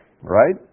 right